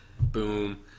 boom